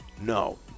No